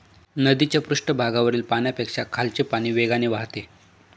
नदीच्या पृष्ठभागावरील पाण्यापेक्षा खालचे पाणी वेगाने वाहते